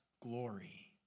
glory